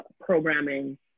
programming